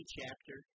chapter